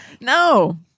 No